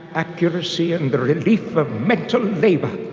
accuracy and the relief of mental labour!